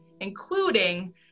including